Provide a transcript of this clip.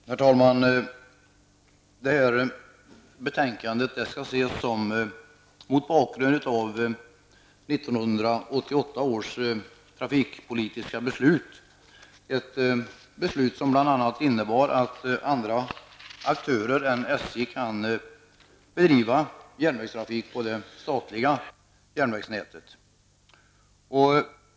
Herr talman! Detta betänkande skall ses mot bakgrund av 1988 års trafikpolitiska beslut, ett beslut som bl.a. innebar att andra aktörer än SJ kan bedriva järnvägstrafik på det statliga järnvägsnätet.